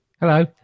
Hello